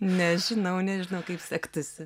nežinau nežinau kaip sektųsi